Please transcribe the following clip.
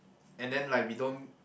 and then like we don't